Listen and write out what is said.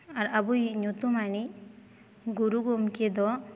ᱟᱨ ᱟᱵᱚᱭᱤᱪ ᱧᱩᱛᱩᱢᱟᱱᱤᱡ ᱜᱩᱨᱩ ᱜᱚᱢᱠᱮ ᱫᱚ